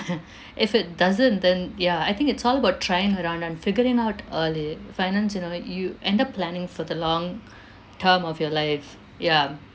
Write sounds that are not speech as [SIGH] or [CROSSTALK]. [LAUGHS] if it doesn't then ya I think it's all about trying around and figuring out early finance you know you end up planning for the long term of your life ya